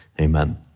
amen